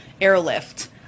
airlift